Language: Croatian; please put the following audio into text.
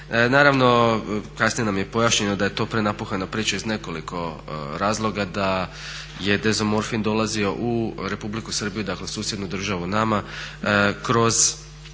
Naravno, kasnije nam je pojašnjeno da je to prenapuhana priča iz nekoliko razloga, da je dezomorfin dolazio u Republiku Srbiju, dakle u susjednu državu nama kroz